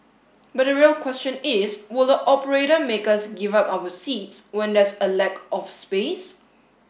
but the real question is will the operator make us give up our seats when there's a lack of space